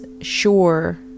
sure